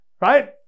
right